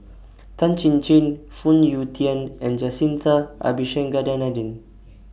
Tan Chin Chin Phoon Yew Tien and Jacintha Abisheganaden